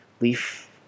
Leaf